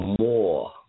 more